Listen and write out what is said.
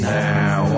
now